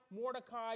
Mordecai